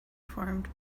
formed